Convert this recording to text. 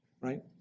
right